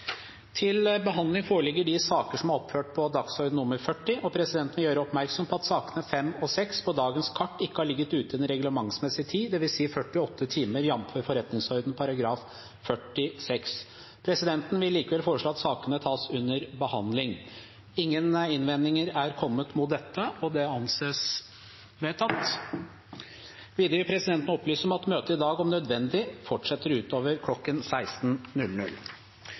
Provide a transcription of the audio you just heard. Presidenten vil gjøre oppmerksom på at sakene nr. 5 og 6 på dagens kart ikke har ligget ute i den reglementsmessige tiden, dvs. 48 timer, jf. forretningsordenen § 46. Presidenten vil likevel foreslå at sakene tas under behandling. – Ingen innvendinger er kommet mot dette, og det anses vedtatt. Videre vil presidenten opplyse om at møtet i dag om nødvendig fortsetter utover kl. 16.